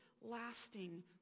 lasting